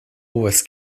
was